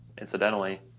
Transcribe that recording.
incidentally